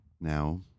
now